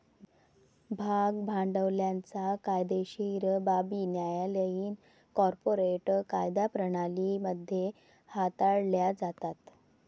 भाग भांडवलाच्या कायदेशीर बाबी न्यायालयीन कॉर्पोरेट कायदा प्रणाली मध्ये हाताळल्या जातात